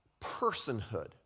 personhood